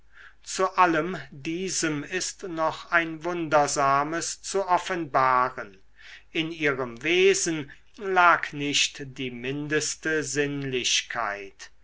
zu allem diesem ist noch ein wundersames zu offenbaren in ihrem wesen lag nicht die mindeste sinnlichkeit